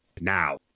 now